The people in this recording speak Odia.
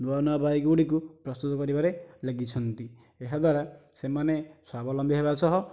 ନୂଆ ନୂଆ ବାଇକ୍ ଗୁଡ଼ିକୁ ପ୍ରସ୍ତୁତ କରିବାରେ ଲାଗିଛନ୍ତି ଏହା ଦ୍ୱାରା ସେମାନେ ସ୍ୱବାଲମ୍ବୀ ହେବା ସହ